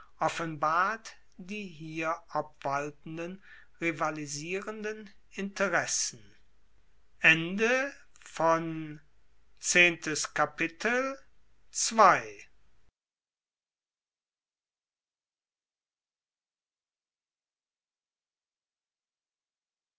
offenbart die hier obwaltenden rivalisierenden interessen